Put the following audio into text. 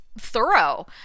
thorough